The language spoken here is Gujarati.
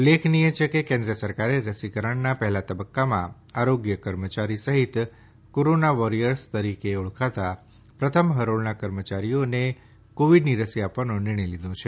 ઉલ્લેખીયે છે કે કેન્દ્ર સરકારે રસીકરણના પહેલા તબક્કામાં આરોગ્ય કર્મચારી સહિત કોરોના વોરિયર્સ તરીકે ઓળખાતા પ્રથમ હરોળના કર્મચારીઓને કોવિડની રસી આપવાનો નિર્ણય લીધો છે